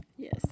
Yes